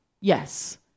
Yes